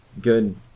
Good